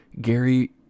Gary